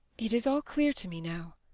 it is all clear to me now.